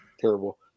Terrible